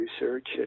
research